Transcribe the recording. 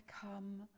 come